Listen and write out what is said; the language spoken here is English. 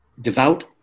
devout